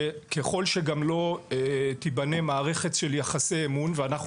שככל שגם לא תיבנה מערכת של יחסי אמון ואנחנו